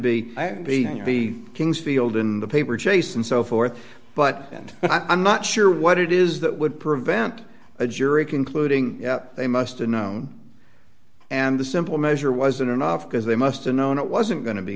the king's field in the paper chase and so forth but and i'm not sure what it is that would prevent a jury concluding they must have known and the simple measure wasn't enough because they musta known it wasn't going to be